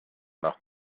nach